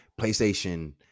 PlayStation